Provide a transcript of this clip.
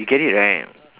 get it right